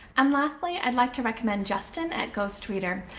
um lastly, i'd like to recommend justin at ghost reader.